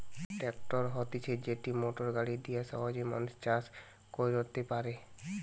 tractor হতিছে যেটি motor গাড়ি দিয়া সহজে মানুষ চাষ কইরতে পারে